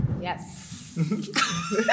Yes